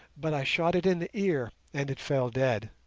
but i shot it in the ear and it fell dead,